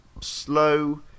slow